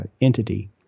entity